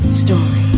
story